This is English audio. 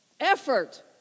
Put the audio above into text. Effort